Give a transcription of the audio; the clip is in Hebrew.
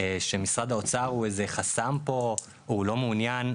שמשרד האוצר הוא איזה חסם פה, שהוא לא מעוניין.